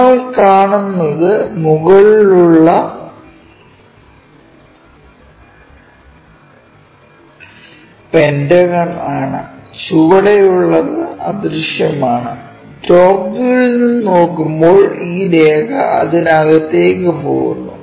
നമ്മൾ കാണുന്നത് മുകളിലുള്ള പെന്റഗൺ ആണ് ചുവടെയുള്ളത് അദൃശ്യമാണ് ടോപ് വ്യൂവിൽ നിന്ന് നോക്കുമ്പോൾ ഈ രേഖ അതിനകത്തേക്ക് പോകുന്നു